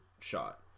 shot